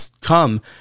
come